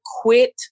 quit